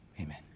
amen